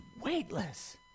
weightless